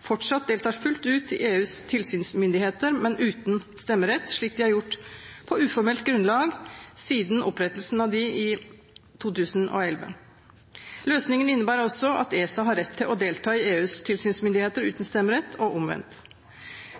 fortsatt deltar fullt ut i EUs tilsynsmyndigheter, men uten stemmerett, slik de har gjort på uformelt grunnlag siden opprettelsen av dem i 2011. Løsningen innebærer også at ESA har rett til å delta i EUs tilsynsmyndigheter uten stemmerett, og omvendt.